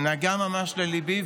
שממש נגע לליבי,